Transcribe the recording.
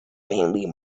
faintly